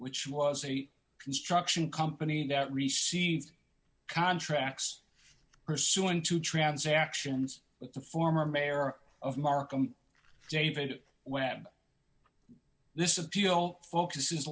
which was a construction company that received contracts pursuing two transactions with the former mayor of markham david webb this is focus is